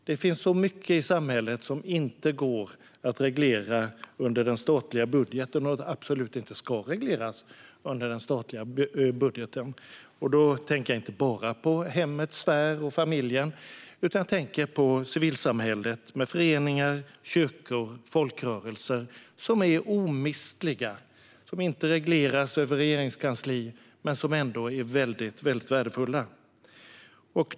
Det finns så mycket i samhället som inte går att reglera under den statliga budgeten och som absolut inte ska regleras under den statliga budgeten. Då tänker jag inte bara på hemmets sfär och familjen, utan jag tänker på civilsamhället med föreningar, kyrkor och folkrörelser som är omistliga - som inte regleras över regeringskansli men som ändå är väldigt värdefulla.